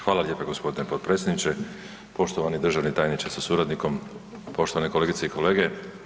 Hvala lijepa g. potpredsjedniče, poštovani državni tajniče sa suradnikom, poštovane kolegice i kolege.